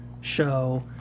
show